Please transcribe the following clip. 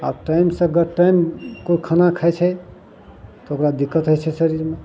आब टाइमसँ गर टाइम कोइ खाना खाइ छै तऽ ओकरा दिक्कत होइ छै शरीरमे